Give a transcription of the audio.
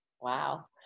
Wow